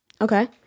Okay